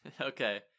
okay